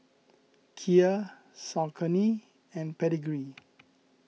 Kia Saucony and Pedigree